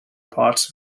parts